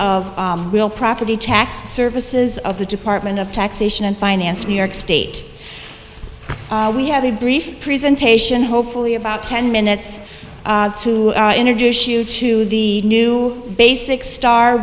of property tax services of the department of taxation and finance new york state we have a brief presentation hopefully about ten minutes to introduce you to the new basic star